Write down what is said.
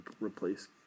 replace